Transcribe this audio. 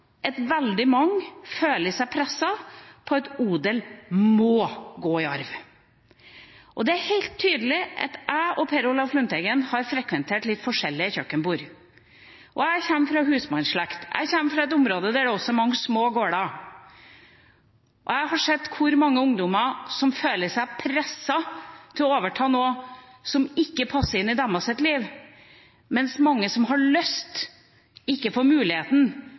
at veldig mange føler seg presset til at odel må gå i arv. Det er helt tydelig at jeg og representanten Per Olaf Lundteigen har frekventert litt forskjellige kjøkkenbord. Jeg kommer fra husmannsslekt, jeg kommer fra et område der det også er mange små gårder. Jeg har sett mange ungdommer som føler seg presset til å overta noe som ikke passer inn i deres liv, mens mange som har lyst, ikke får muligheten